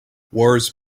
wars